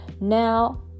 Now